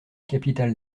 capital